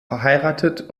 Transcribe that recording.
verheiratet